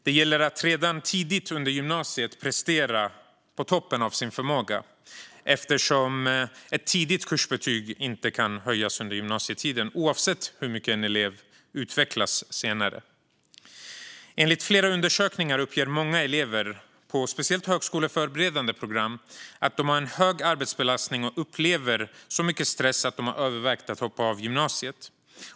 Det gäller att redan tidigt under gymnasiet prestera på toppen av sin förmåga, eftersom ett tidigt kursbetyg inte kan höjas under gymnasietiden oavsett hur mycket en elev utvecklas senare. Enligt flera undersökningar uppger många elever, speciellt på högskoleförberedande program, att de har en hög arbetsbelastning och upplever så mycket stress att de har övervägt att hoppa av gymnasiet.